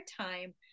time